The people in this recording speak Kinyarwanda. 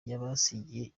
yabasigiye